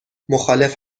مخالف